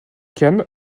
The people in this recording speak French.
khan